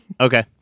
Okay